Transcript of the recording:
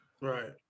Right